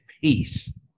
peace